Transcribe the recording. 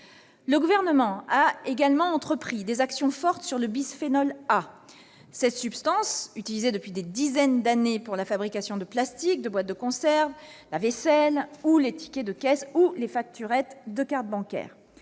Le Gouvernement a également entrepris des actions fortes sur le bisphénol A. Cette substance est utilisée depuis des dizaines d'années pour la fabrication de plastiques, de boîtes de conserve, la vaisselle, les tickets de caisse ou les facturettes de carte bancaire.